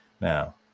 Now